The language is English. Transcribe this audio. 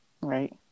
Right